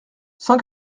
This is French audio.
cent